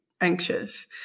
anxious